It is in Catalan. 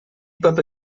paper